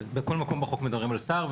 בכל מקום בחוק מדברים על שר,